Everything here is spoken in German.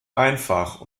einfach